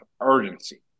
urgency